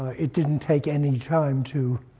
it didn't take any time to